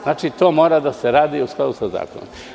Znači, to mora da se radi u skladu sa zakonom.